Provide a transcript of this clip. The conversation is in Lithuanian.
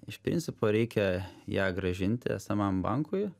iš principo reikia ją grąžinti esamam bankui